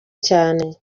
cyane